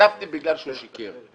כתבתי בגלל שהוא שיקר.